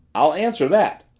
i'll answer that!